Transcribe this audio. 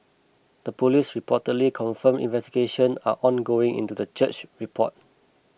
the police reportedly confirmed investigation are ongoing into the church report